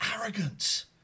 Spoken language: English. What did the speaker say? arrogance